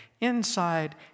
inside